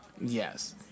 Yes